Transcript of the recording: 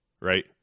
right